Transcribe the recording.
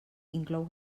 inclou